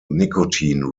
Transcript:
nicotine